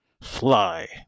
Fly